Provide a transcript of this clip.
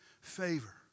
favor